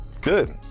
Good